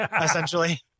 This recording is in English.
essentially